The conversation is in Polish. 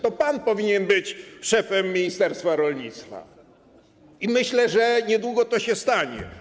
To pan powinien być szefem ministerstwa rolnictwa i myślę, że niedługo to się stanie.